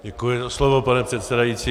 Děkuji za slovo, pane předsedající.